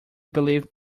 believed